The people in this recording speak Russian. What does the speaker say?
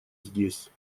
здесь